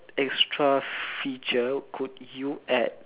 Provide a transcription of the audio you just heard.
extra feature could you add